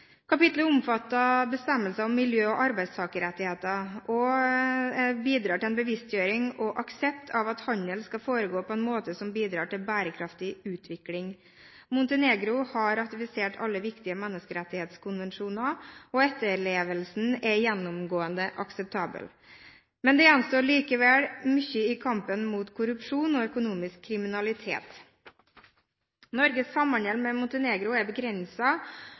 Kapitlet omfatter bestemmelser om miljø og arbeidstakerrettigheter og bidrar til en bevisstgjøring og aksept av at handel skal foregå på en måte som bidrar til bærekraftig utvikling. Montenegro har ratifisert alle viktige menneskerettighetskonvensjoner, og etterlevelsen er gjennomgående akseptabel, men det gjenstår likevel mye i kampen mot korrupsjon og økonomisk kriminalitet. Norges samhandel med Montenegro er